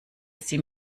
sie